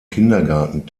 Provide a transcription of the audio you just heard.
kindergarten